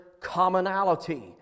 commonality